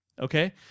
Okay